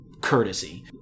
courtesy